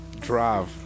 Drive